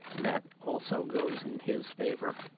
that also goes in his favor.